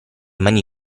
mani